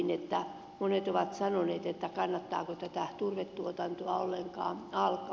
monet ovat sanoneet että kannattaako tätä turvetuotantoa ollenkaan alkaa